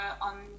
on